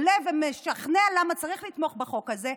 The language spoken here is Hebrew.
ועולה ומשכנע למה צריך לתמוך בחוק הזה,